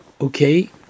Okay